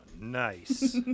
Nice